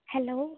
hello